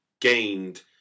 gained